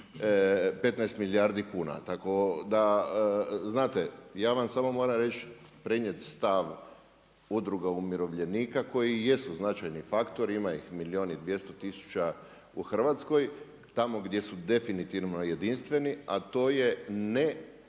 15 milijardi kuna. Tako da znate, ja vam samo moram reći, prenijeti stav Udruga umirovljenika koji jesu značajni faktori, ima ih milijun i 200 tisuća u Hrvatskoj. Tamo gdje su definitivno jedinstveni, a to je ne